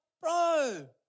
bro